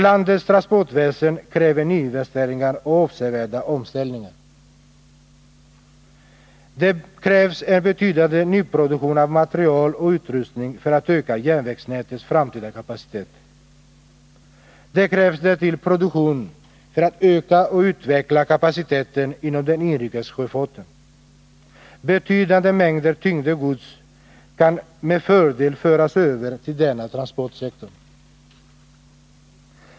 Landets transportväsen kräver nyinvesteringar och avsevärda omställningar. Det krävs en betydande nyproduktion av material och utrustning för att öka järnvägsnätets framtida kapacitet. Det krävs därtill produktion för att öka och utveckla kapaciteten inom den inrikes sjöfarten. Betydande mängder tyngre gods kan med fördel föras över till denna transportsektor.